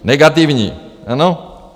Negativní, ano.